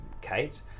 Kate